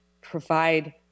provide